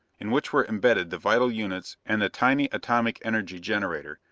in which were imbedded the vital units and the tiny atomic energy generator,